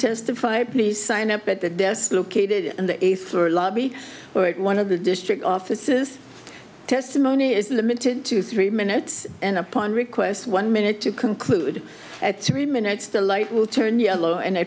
testify please sign up at the desk located on the eighth floor lobby or one of the district offices testimony is limited to three minutes and upon request one minute to conclude at three minutes the light will turn yellow and